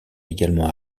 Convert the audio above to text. également